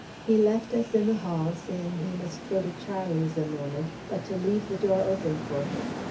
he left us in the hall, saying he must go to charlie's a moment, but to leave the door open for him.